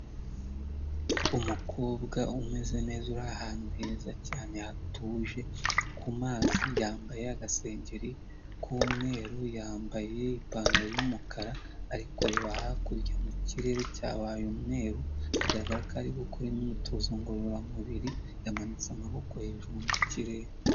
Umukobwa umeze neza uri ahantu heza cyane hatuje kumazi yambaye agasengeri k'umweru, yambaye ipantaro y'umukara ariko kureba hakurya mu kirere cyabaye umweru, bigaragara ko ari gukora imyitozo ngorora mubiri, yamanitse amaboko hejuru mu kirere.